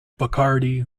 bacardi